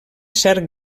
cert